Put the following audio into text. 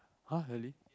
!huh! really